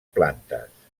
plantes